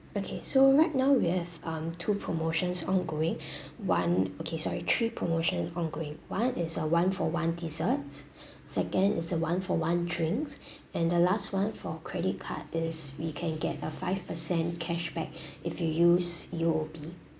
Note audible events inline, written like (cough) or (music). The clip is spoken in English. okay so right now we have um two promotions ongoing (breath) [one] okay sorry three promotion ongoing one is a one-for-one desserts second is a one-for-one drinks and the last one for credit card is we can get a five percent cashback if you use U_O_B